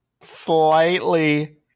slightly